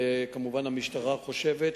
וכמובן המשטרה חושבת,